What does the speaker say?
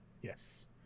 Yes